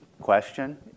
question